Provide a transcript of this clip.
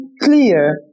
clear